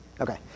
Okay